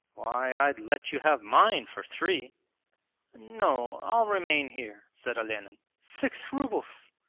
why, i'd let you have mine for three no, i'll remain here said olenin. six rubles.